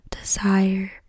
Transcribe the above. desire